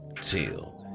Till